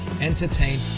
entertain